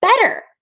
better